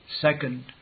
Second